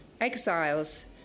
exiles